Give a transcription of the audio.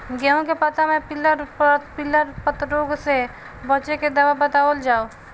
गेहूँ के पता मे पिला रातपिला पतारोग से बचें के दवा बतावल जाव?